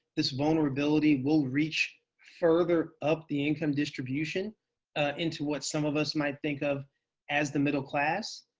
this vulnerability will reach further up the income distribution into what some of us might think of as the middle class.